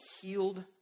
healed